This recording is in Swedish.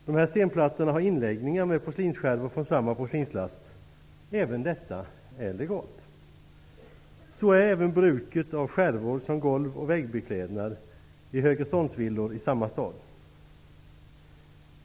Dessa stenplattor har inläggningar med porslinsskärvor från samma porslinslast. Även detta är legalt. Så är även bruket av skärvor som golv och väggbeklädnad i högreståndsvillor i samma stad.